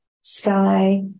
Sky